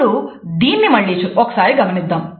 ఇప్పుడు దీన్ని మళ్లీ ఒకసారి గమనిద్దాం